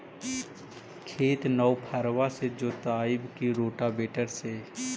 खेत नौफरबा से जोतइबै की रोटावेटर से?